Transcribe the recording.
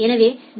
எனவே டி